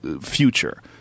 future